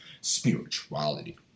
spirituality